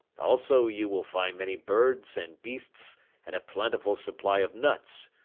also you will find many birds and beasts and a plentiful supply of nuts,